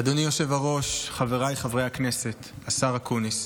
אדוני היושב-ראש, חבריי חברי הכנסת, השר אקוניס,